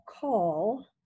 call